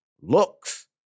looks